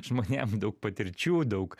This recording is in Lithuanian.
žmonėm daug patirčių daug